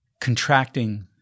contracting